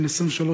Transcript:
בן 23,